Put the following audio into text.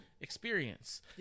experience